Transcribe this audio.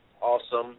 Awesome